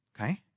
Okay